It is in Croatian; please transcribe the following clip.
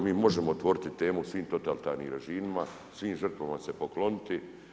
Mi možemo otvoriti temu o svim totalitarnim režimima, svim žrtvama se pokloniti.